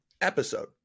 episode